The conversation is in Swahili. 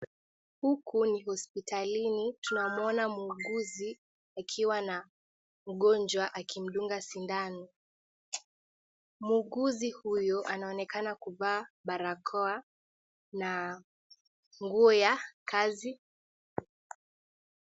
Huku ni hospitali tunaona muuguzi akiwa na mgonjwa akitunga sindano, muuguzi huyu anaonekana kufaa barakoa na mkuu ya kazi.